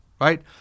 Right